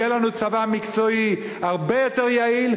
יהיה לנו צבא מקצועי הרבה יותר יעיל,